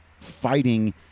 fighting